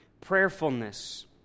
Prayerfulness